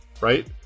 right